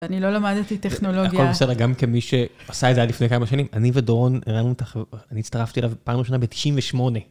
אני לא למדתי טכנולוגיה. הכול בסדר, גם כמי שעשה את זה עד לפני כמה שנים. אני ודורון, ראינו איתך, אני הצטרפתי אליו פעם ראשונה ב-98'.